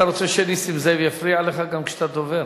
אתה רוצה שנסים זאב יפריע לך גם כשאתה דובר?